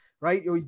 right